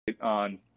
on